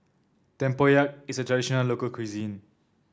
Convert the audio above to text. Tempoyak is a traditional local cuisine